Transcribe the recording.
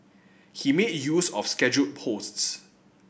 he made use of scheduled posts